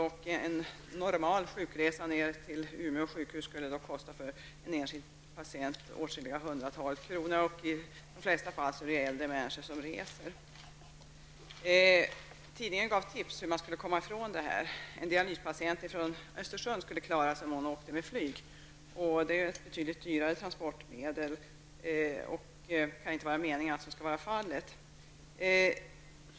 En normal sjukresa till Umeå sjukhus skulle för enskilda patienter i länet kosta åtskilliga hundratal kronor. I de flesta fall är det äldre människor som reser. Tidningen gav tips på hur man skulle komma ifrån det. En dialyspatient från Östersund skulle klara sig om hon åkte med flyg. Det är ett betydligt dyrare transportmedel. Det kan inte vara meningen att man skall behöva välja det.